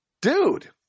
dude